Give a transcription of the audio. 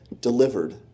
delivered